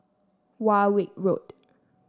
Warwick Road